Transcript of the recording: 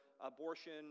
abortion